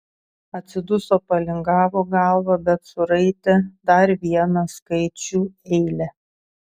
atsiduso palingavo galvą bet suraitė dar vieną skaičių eilę